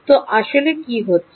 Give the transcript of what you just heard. তো আসলে কী হচ্ছে